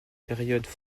périodes